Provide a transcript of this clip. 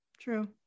True